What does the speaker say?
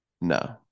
No